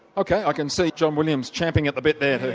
okay. i can see john williams champing at the bit there.